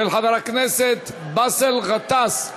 של חבר הכנסת באסל גטאס.